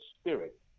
spirit